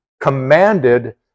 commanded